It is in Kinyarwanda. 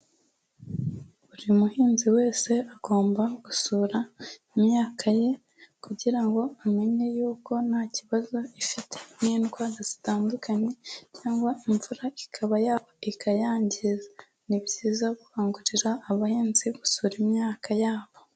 Buri muhinzi wese agomba gusura imyaka ye kugira ngo amenye yuko nta kibazo ifite n'indwara zitandukanye cyangwa imvura ikaba yagwa ikayangiza. Ni byiza gukangurira abahinzi gusura imyaka yabo.